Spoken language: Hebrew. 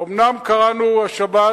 אומנם קראנו השבת את